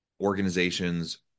organizations